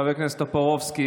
חבר הכנסת טופורובסקי,